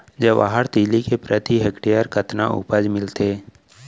जवाहर तिलि के प्रति हेक्टेयर कतना उपज मिलथे?